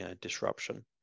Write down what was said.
disruption